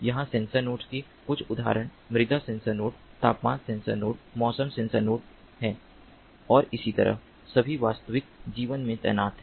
यहाँ sensor nodes के कुछ उदाहरण मृदा सेंसर नोड तापमान सेंसर नोड मौसम सेंसर नोड है और इसी तरह सभी वास्तविक जीवन में तैनात हैं